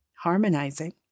Harmonizing